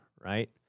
right